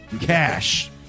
cash